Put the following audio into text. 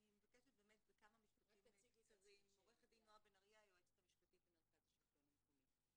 אני היועצת המשפטית למרכז השלטון המקומי.